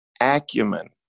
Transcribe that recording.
acumen